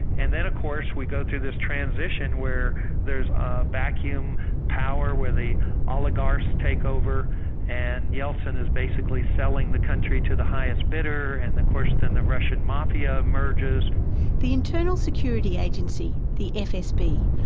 and then of course we go through this transition where there's a vacuum power where the oligarchs take over and yeltsin is basically selling the country to the highest bidder and of course then the russian mafia emerges. so the internal security agency, the fsb,